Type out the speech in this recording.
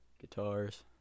guitars